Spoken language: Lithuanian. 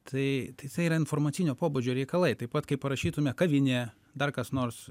tai tai yra informacinio pobūdžio reikalai taip pat kaip parašytume kavinė dar kas nors